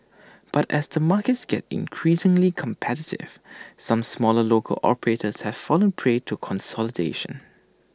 but as the markets gets increasingly competitive some smaller local operators have fallen prey to consolidation